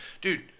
dude